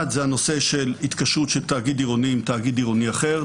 אחד זה הנושא של התקשרות של תאגיד עירוני עם תאגיד עירוני אחר,